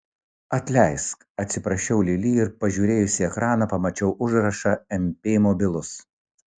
atleisk atsiprašiau lili ir pažiūrėjusi į ekraną pamačiau užrašą mp mobilus